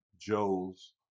joes